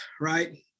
right